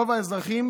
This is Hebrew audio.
רוב האזרחים